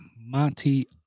Monty